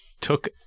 took